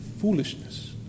foolishness